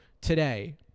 today